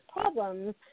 problems